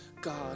God